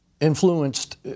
influenced